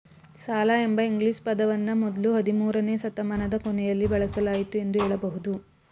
ಸಾಲ ಎಂಬ ಇಂಗ್ಲಿಷ್ ಪದವನ್ನ ಮೊದ್ಲು ಹದಿಮೂರುನೇ ಶತಮಾನದ ಕೊನೆಯಲ್ಲಿ ಬಳಸಲಾಯಿತು ಎಂದು ಹೇಳಬಹುದು